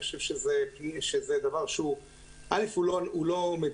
אני חושב שזה דבר שהוא לא מדויק,